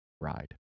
ride